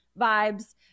vibes